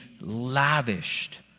lavished